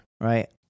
Right